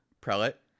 prelate